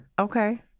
okay